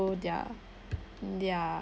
throw their their